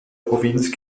provinz